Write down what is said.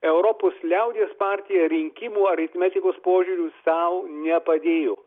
europos liaudies partija rinkimų aritmetikos požiūriu sau nepadėjo